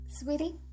sweetie